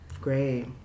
Great